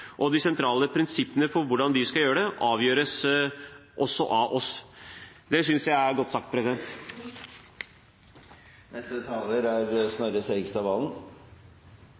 samfunnsoppdrag: De representerer oss, de beskytter oss, og de sentrale prinsippene for hvordan de skal gjøre det, avgjøres også av oss. Det synes jeg er godt sagt. Nettopp fordi generell bevæpning av politiet ikke bare er